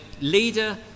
leader